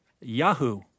Yahoo